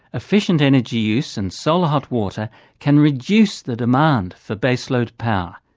efficient energy use and solar hot water can reduce the demand for base-load power.